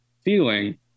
feeling